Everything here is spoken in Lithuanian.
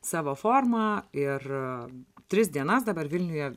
savo formą ir tris dienas dabar vilniuje